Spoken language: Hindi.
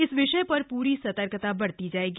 इस विषय पर प्री सतर्कता बरती जायेगी